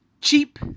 Cheap